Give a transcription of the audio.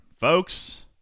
Folks